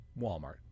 Walmart